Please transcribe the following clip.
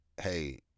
hey